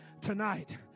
tonight